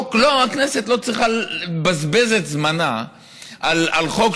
הכנסת לא צריכה לבזבז את זמנה על חוק